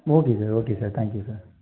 okay sir okay sir thank you sir